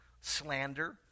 slander